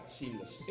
seamless